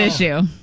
issue